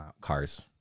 cars